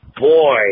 boy